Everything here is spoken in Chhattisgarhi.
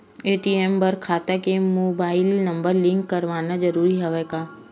ए.टी.एम बर खाता ले मुबाइल नम्बर लिंक करवाना ज़रूरी हवय का?